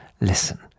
listen